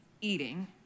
eating